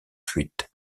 fuite